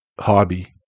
hobby